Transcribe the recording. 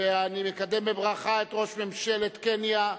ואני מקדם בברכה את ראש ממשלת קניה,